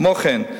כמו כן,